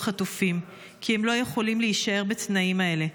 חטופים כי הם לא יכולים להישאר בתנאים האלה.